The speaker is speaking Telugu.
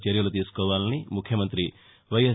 చర్యలు తీసుకోవాలని ముఖ్యమంతి వైఎస్